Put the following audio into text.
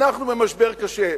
אנחנו במשבר קשה.